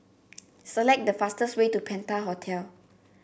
select the fastest way to Penta Hotel